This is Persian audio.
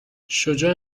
شجاع